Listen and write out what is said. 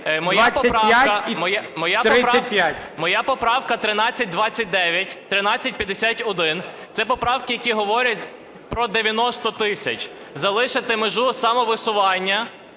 Моя поправка 1329, 1351. Це поправка, які говорять про 90 тисяч. Залишити межу самовисування,